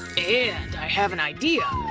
and i have an idea.